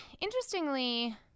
interestingly